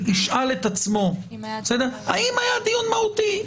ישאל את עצמו האם היה דיון מהותי.